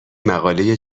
مقاله